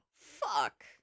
Fuck